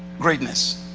greatness.